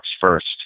first